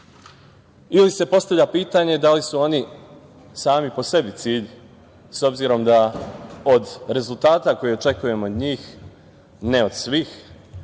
Ili se postavlja pitanje da li su oni sami po sebi cilj, s obzirom da od rezultata koji očekujemo od njih, ne od svih,